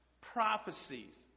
prophecies